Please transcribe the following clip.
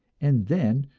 and then,